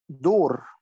door